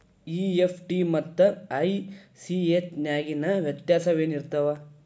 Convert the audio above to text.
EFT ಮತ್ತ ACH ನ್ಯಾಗಿನ್ ವ್ಯೆತ್ಯಾಸೆನಿರ್ತಾವ?